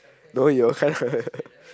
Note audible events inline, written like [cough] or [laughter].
no your [laughs]